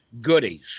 goodies